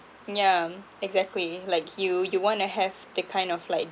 yeah um exactly like you you want to have that kind of like